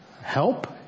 help